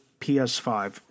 PS5